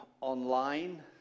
online